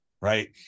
Right